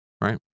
right